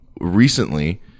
recently